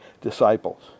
disciples